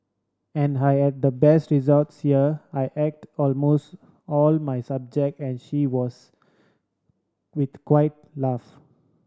and I the best results here I aced almost all my subject and she was with quiet laugh